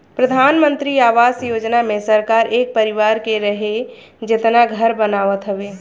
प्रधानमंत्री आवास योजना मे सरकार एक परिवार के रहे जेतना घर बनावत हवे